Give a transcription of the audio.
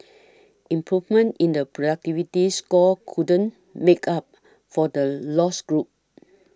improvement in the productivity score couldn't make up for the lost ground